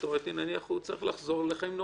הוא צריך לחזור לחיים נורמטיביים,